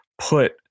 put